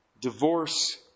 divorce